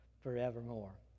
forevermore